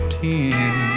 ten